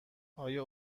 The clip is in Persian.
آیا